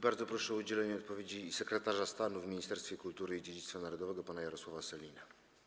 Bardzo proszę o udzielenie odpowiedzi sekretarza stanu w Ministerstwie Kultury i Dziedzictwa Narodowego pana Jarosława Sellina.